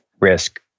risk